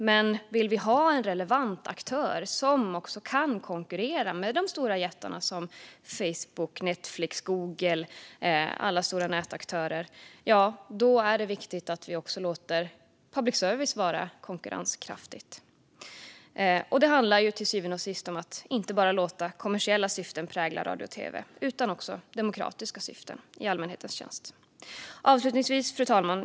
Men om vi vill ha en relevant aktör som också kan konkurrera med de stora jättarna, Facebook, Netflix, Google, alla stora nätaktörer, är det viktigt att vi också låter public service vara konkurrenskraftigt. Det handlar till syvende och sist om att inte låta bara kommersiella syften prägla radio och tv utan också demokratiska syften i allmänhetens tjänst. Fru talman!